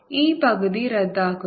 ഈ പകുതി റദ്ദാക്കുന്നു